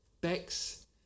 Bex